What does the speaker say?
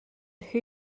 who